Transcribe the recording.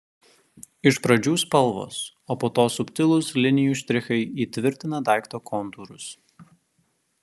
iš pradžių spalvos o po to subtilūs linijų štrichai įtvirtina daikto kontūrus